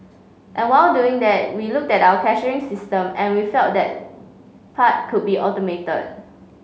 and while doing that we looked at our cashiering system and we felt that part could be automated